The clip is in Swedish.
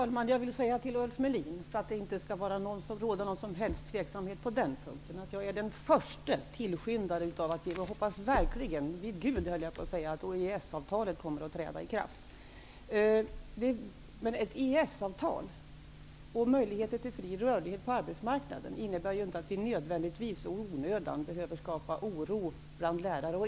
Herr talman! För att det inte skall råda några tvivel på denna punkt vill jag till Ulf Melin säga att jag är den första tillskyndaren av ett EES-avtal. Jag hoppas verkligen vid Gud, höll jag på att säga, att EES-avtalet kommer att träda i kraft. Men ett EES-avtal och möjligheten till fri rörlighet på arbetsmarknaden innebär inte att vi nödvändigtvis och i onödan behöver skapa oro bland lärare.